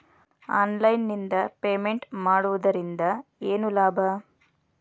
Online ನಿಂದ payment ಮಾಡುವುದರಿಂದ ಏನು ಲಾಭ?